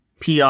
PR